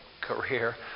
career